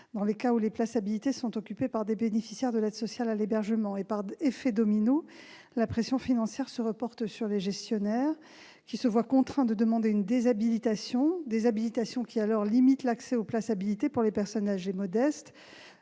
dans les cas où les places habilitées sont occupées par des bénéficiaires de l'aide sociale à l'hébergement. Par effet domino, la pression financière se reporte alors sur les gestionnaires qui se voient contraints de demander une « déshabilitation », ce qui limite l'accès aux places habilitées pour les personnes âgées modestes